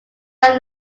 love